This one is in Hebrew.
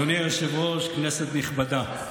אדוני היושב-ראש, כנסת נכבדה,